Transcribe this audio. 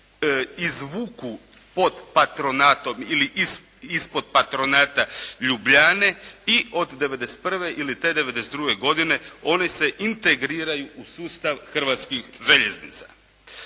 izvuku pod patronatom ili ispod patronata Ljubljane i od '91. ili te '92. godine one se integriraju u sustav Hrvatskih željeznica.